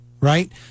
right